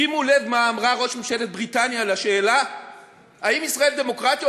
שימו לב מה אמרה ראש ממשלת בריטניה ביחס לשאלה האם ישראל היא דמוקרטיה,